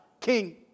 King